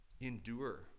endure